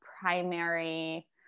primary